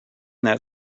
that